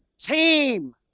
team